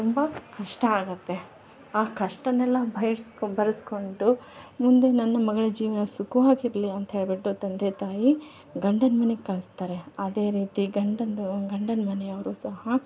ತುಂಬ ಕಷ್ಟ ಆಗುತ್ತೆ ಆ ಕಷ್ಟವೆಲ್ಲ ಬೈಡ್ಸ್ ಭರಿಸ್ಕೊಂಡು ಮುಂದೆ ನನ್ನ ಮಗಳ ಜೀವನ ಸುಖ್ವಾಗಿರಲಿ ಅಂತ ಹೇಳಿಬಿಟ್ಟು ತಂದೆ ತಾಯಿ ಗಂಡನ ಮನೆಗೆ ಕಳಿಸ್ತಾರೆ ಅದೇ ರೀತಿ ಗಂಡಂದು ಗಂಡನ ಮನೆ ಅವರು ಸಹ